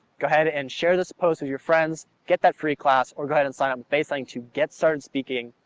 go ahead and share this post with your friends, get that free class, or go ahead and sign up with baselang to get started speaking.